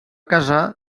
casar